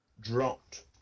dropped